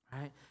right